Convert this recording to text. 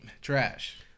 trash